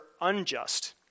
unjust